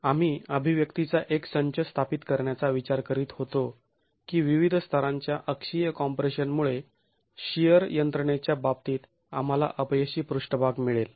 आम्ही अभिव्यक्तीचा एक संच स्थापित करण्याचा विचार करीत होतो की विविध स्तरांच्या अक्षीय कॉम्प्रेशन मुळे शिअर यंत्रणेच्या बाबतीत आम्हाला अपयशी पृष्ठभाग मिळेल